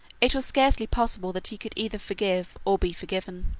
it was scarcely possible that he could either forgive or be forgiven.